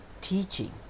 teaching